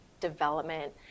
development